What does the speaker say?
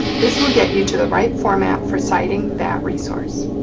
this will get you to the right format for citing that resource.